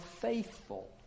faithful